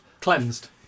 Cleansed